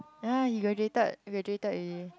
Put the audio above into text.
!huh! you graduated you graduated already